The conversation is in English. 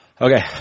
okay